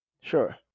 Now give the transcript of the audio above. Sure